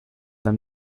them